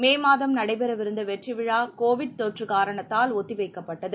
மே மாதம் நடைபெறவிருந்த வெற்றி விழா கோவிட் தொற்று காரணத்தால் ஒத்தி வைக்கப்பட்டது